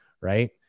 Right